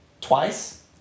twice